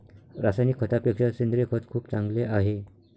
रासायनिक खतापेक्षा सेंद्रिय खत खूप चांगले आहे